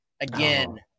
again